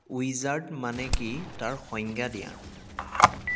wizard মানে কি তাৰ সংজ্ঞা দিয়া